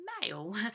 mail